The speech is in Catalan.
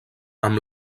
amb